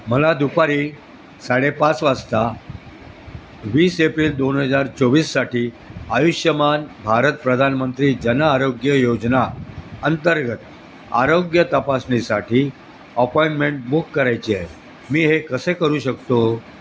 मला दुपारी साडेपाच वाजता वीस एप्रिल दोन हजार चोवीससाठी आयुष्यमान भारत प्रधानमंत्री जनआरोग्य योजना अंतर्गत आरोग्य तपासणीसाठी अपॉइंटमेंट बुक करायची आहे मी हे कसे करू शकतो